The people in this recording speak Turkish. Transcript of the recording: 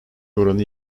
oranı